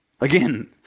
Again